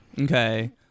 Okay